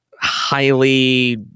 highly